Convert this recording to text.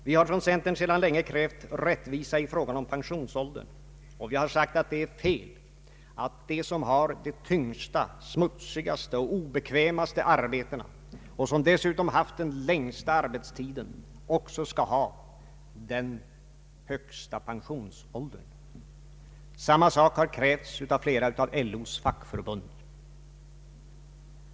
Vi har från centern sedan länge krävt rättvisa i fråga om pensionsåldern, och vi har sagt att det är fel att de som har de tyngsta, smutsigaste och obekvämaste arbetena och som dessutom har den längsta arbetstiden också skall ha den högsta pensionsåldern. Samma sak har krävts av flera av LO:s fackförbund.